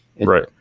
Right